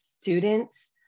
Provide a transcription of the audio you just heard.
students